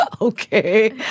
Okay